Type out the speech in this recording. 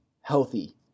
healthy